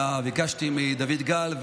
ביקשתי מדוד גל,